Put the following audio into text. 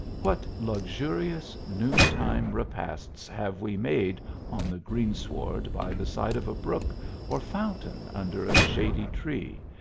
what luxurious noontide repasts have we made on the green sward by the side of a brook or fountain under a shady tree,